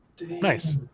Nice